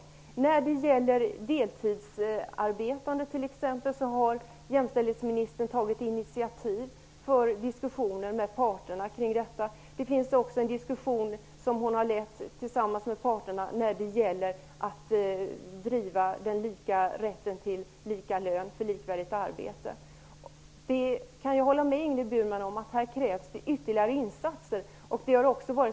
T.ex. när det gäller deltidsarbetande har jämställdhetsministern tagit initiativ till diskussioner med parterna. Hon har också lett en diskussion med parterna som har handlat om att driva frågan om rätten till lika lön för likvärdigt arbete. Jag kan hålla med Ingrid Burman om att det krävs ytterligare insatser här.